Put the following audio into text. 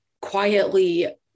quietly